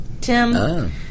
Tim